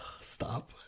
Stop